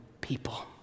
people